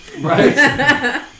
Right